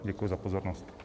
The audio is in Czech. Děkuji za pozornost.